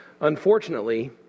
unfortunately